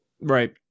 Right